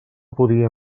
podia